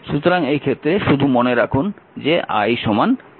সুতরাং এই ক্ষেত্রে শুধু মনে রাখুন যে I 3 অ্যাম্পিয়ার